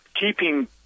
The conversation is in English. keeping